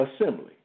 assembly